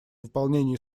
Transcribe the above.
выполнении